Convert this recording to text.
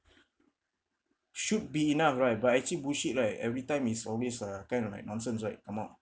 should be enough right but actually bullshit right every time is always eh kind of like nonsense right come out